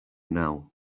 now